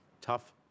tough